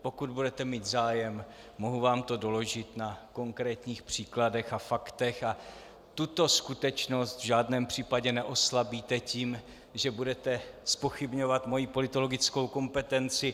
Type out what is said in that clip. Pokud budete mít zájem, mohu vám to doložit na konkrétních příkladech a faktech a tuto skutečnost v žádném případě neoslabíte tím, že budete zpochybňovat moji politologickou kompetenci.